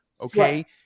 okay